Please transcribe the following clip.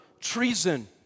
treason